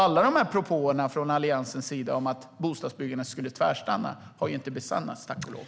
Alla propåer från Alliansen om att bostadsbyggandet skulle tvärstanna har ju inte besannats, tack och lov.